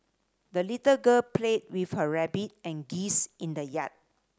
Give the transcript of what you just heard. the little girl played with her rabbit and geese in the yard